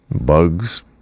Bugs